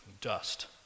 dust